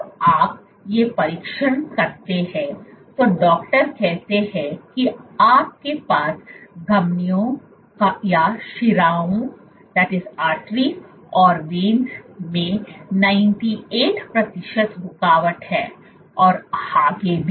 जब आप ये परीक्षण करते हैं तो डॉक्टर कहते हैं कि आपके पास धमनियों या शिराओं में 98 प्रतिशत रुकावट है और आगे भी